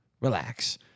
relax